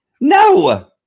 No